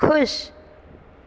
ਖੁਸ਼